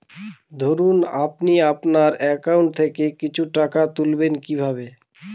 ধরুন আপনি আপনার একাউন্ট থেকে কিছু টাকা তুলবেন কিভাবে?